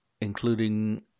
including